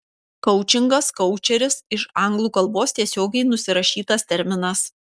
koučingas koučeris iš anglų kalbos tiesiogiai nusirašytas terminas